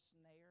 snare